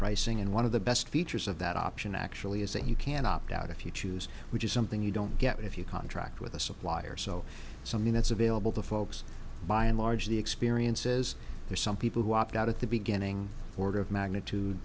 pricing and one of the best features of that option actually is that you can opt out if you choose which is something you don't get if you contract with a supplier so something that's available to folks by and large the experience is there some people who opt out at the beginning order of magnitude